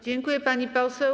Dziękuję, pani poseł.